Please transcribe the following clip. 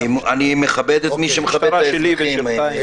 אני מכבד את מי שמכבד את האזרחים.